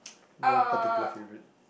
no particular favourite